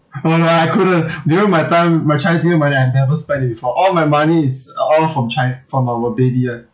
no no I couldn't during my time my chinese new year money I never spend it before all my money is all from chi~ from our baby year